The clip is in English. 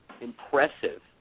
impressive